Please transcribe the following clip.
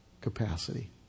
capacity